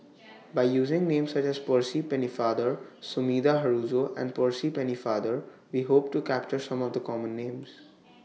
By using Names such as Percy Pennefather Sumida Haruzo and Percy Pennefather We Hope to capture Some of The Common Names